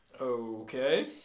Okay